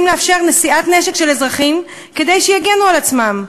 לאפשר נשיאת נשק של אזרחים כדי שיגנו על עצמם.